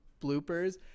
bloopers